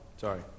Sorry